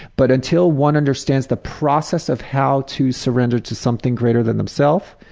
but until one understands the process of how to surrender to something greater than themselves,